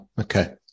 Okay